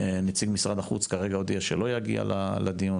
נציג משרד החוץ כרגע הודיע שלא יגיע לדיון,